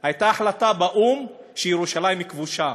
הייתה החלטה באו"ם שירושלים היא כבושה,